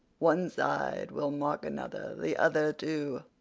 one side will mock another the other too!